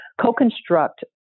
co-construct